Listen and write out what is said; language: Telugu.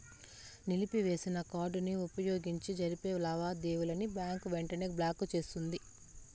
నిలిపివేసిన కార్డుని వుపయోగించి జరిపే లావాదేవీలని బ్యాంకు వెంటనే బ్లాకు చేస్తుంది